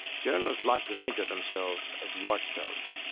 journalists like to think of themselves as watchdogs,